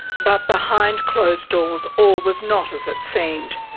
but behind closed doors, all was not as it seemed.